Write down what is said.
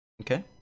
Okay